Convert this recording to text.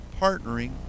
partnering